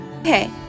Okay